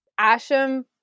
Asham